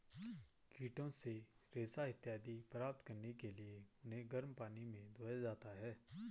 कीटों से रेशा इत्यादि प्राप्त करने के लिए उन्हें गर्म पानी में धोया जाता है